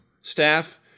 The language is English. staff